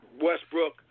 Westbrook